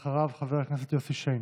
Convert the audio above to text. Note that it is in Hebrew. אחריו, חבר הכנסת יוסי שיין.